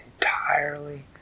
entirely